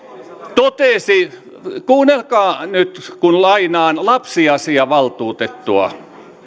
totesi kuunnelkaa nyt kun lainaan lapsiasiavaltuutettua